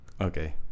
Okay